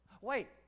wait